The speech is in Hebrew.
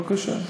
בבקשה.